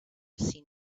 seen